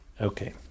Okay